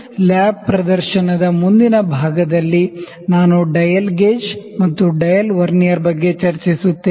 lab demonstration ನ ಭಾಗದಲ್ಲಿ ನಾನು ಡಯಲ್ ಗೇಜ್ ಮತ್ತು ಡಯಲ್ ವರ್ನಿಯರ್ ಬಗ್ಗೆ ಚರ್ಚಿಸುತ್ತೇನೆ